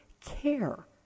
care